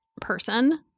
person